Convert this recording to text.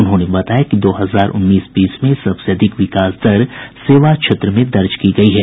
उन्होंने बताया कि दो हजार उन्नीस बीस में सबसे अधिक विकास दर सेवा क्षेत्र में दर्ज की गयी है